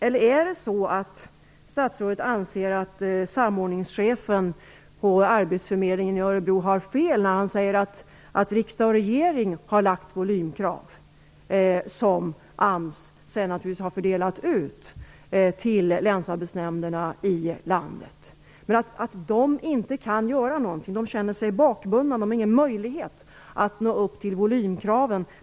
Anser statsrådet kanske att samordningschefen på Arbetsförmedlingen i Örebro har fel när han säger att riksdag och regering har satt volymkrav som AMS sedan naturligtvis har fördelat ut till länsarbetsnämnderna i landet? De kan emellertid inte göra något. Det känner sig bakbundna och har ingen möjlighet att nå upp till volymkraven.